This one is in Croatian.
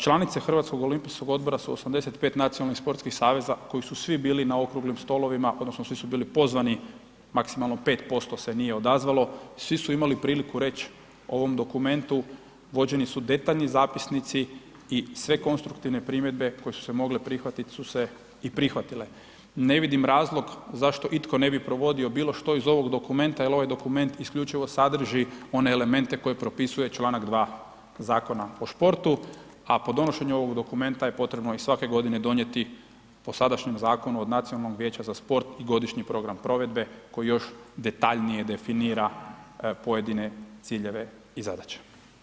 Članice Hrvatskog olimpijskog odbora su 85 nacionalnih sportskih saveza koji su svi bili na okruglim stolovima odnosno svi su bili pozvani maksimalno 5% se nije odazvalo, svi su imali priliku reć ovom dokumentu, vođeni su detaljni zapisnici i sve konstruktivne primjedbe koje su se mogle prihvatit su se i prihvatile, ne vidim razlog zašto itko ne bi provodio bilo što iz ovog dokumenta jel ovaj dokument isključivo sadrži one elemente koji propisuje čl. 2. Zakona o športu, a po donošenju ovog dokumenta je potrebno i svake godine donijeti po sadašnjem zakonu od Nacionalnog vijeća za sport i Godišnji program provedbe koji još detaljnije definira pojedine ciljeve i zadaće.